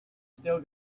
still